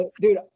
Dude